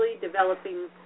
developing